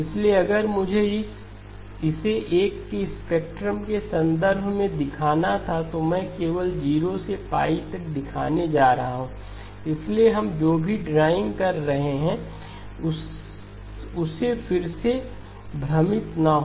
इसलिए अगर मुझे इसे एक स्पेक्ट्रम के संदर्भ में दिखाना था तो मैं केवल 0 से पाई तक दिखाने जा रहा हूं इसलिए हम जो भी ड्राइंग कर रहे हैं उसे फिर से भ्रमित न हो